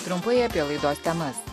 trumpai apie laidos temas